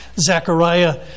Zechariah